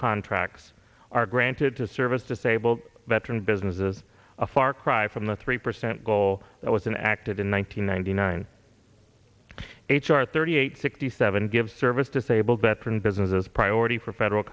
contracts are granted to service disabled veteran businesses a far cry from the three percent goal that was an active in one thousand nine hundred nine h r thirty eight sixty seven give service disabled veteran businesses priority for federal